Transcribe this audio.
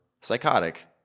psychotic